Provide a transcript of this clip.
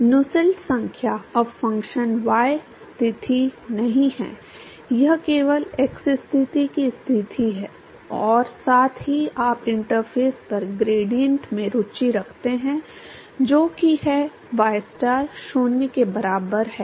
इसलिए Nusselt संख्या अब फ़ंक्शन y स्थिति नहीं है यह केवल x स्थिति की स्थिति है और साथ ही आप इंटरफ़ेस पर ग्रेडिएंट में रुचि रखते हैं जो कि है ystar 0 के बराबर है